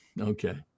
okay